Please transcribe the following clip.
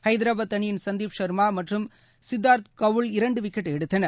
ஐதராபாத் அணியின் சந்தீப் ஷர்மா மற்றும் சித்தார்த் கவுல் இரண்டு விக்கெட் எடுத்தனர்